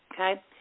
okay